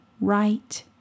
right